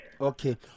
Okay